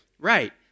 Right